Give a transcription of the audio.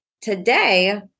today